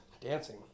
dancing